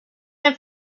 have